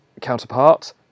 counterpart